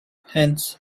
hence